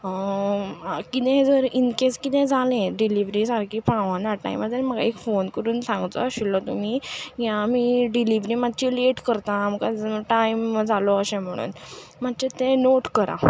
कितें जर इनकॅस कितें जालें डिलिव्हरी सारकी पावना टायमार जाल्यार म्हाका एक फोन करून सांगचो आशिल्लो तुमी की आमी डिलिव्हरी मातशे लेट करतां आमकां टायम जालो अशें म्हणून म्हणचें तें नॉट करा